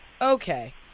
Okay